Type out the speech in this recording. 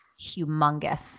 humongous